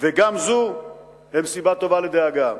וגם זו הן סיבה טובה לדאגה.